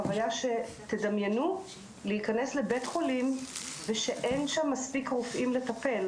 החוויה שתדמיינו להיכנס לבית חולים ושאין שם מספיק רופאים לטפל,